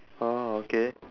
oh okay